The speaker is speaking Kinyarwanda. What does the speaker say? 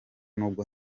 nubwo